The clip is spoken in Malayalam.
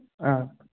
ആ